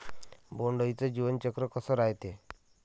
बोंड अळीचं जीवनचक्र कस रायते?